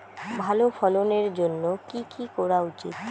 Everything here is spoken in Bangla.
ভালো ফলনের জন্য কি কি করা উচিৎ?